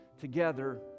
together